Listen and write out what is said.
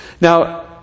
Now